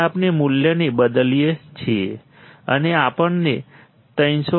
તેથી આપણે મૂલ્યને બદલીએ છીએ અને આપણને 318